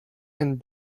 and